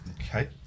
Okay